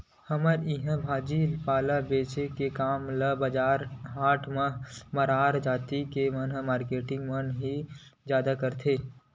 हमर इहाँ भाजी पाला बेंचे के काम ल बजार हाट म मरार जाति के मारकेटिंग मन ह ही जादा करथे